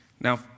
Now